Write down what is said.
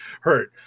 hurt